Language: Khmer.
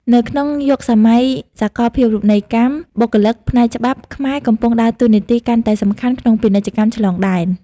នៅក្នុងយុគសម័យសាកលភាវូបនីយកម្ម បុគ្គលិកផ្នែកច្បាប់ខ្មែរកំពុងដើរតួនាទីកាន់តែសំខាន់ក្នុងពាណិជ្ជកម្មឆ្លងដែន។